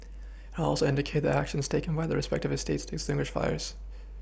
helps indicate the actions taken by the respective eStates to extinguish fires